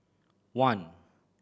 one